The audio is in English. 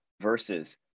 versus